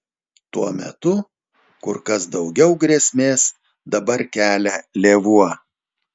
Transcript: tuo metu kur kas daugiau grėsmės dabar kelia lėvuo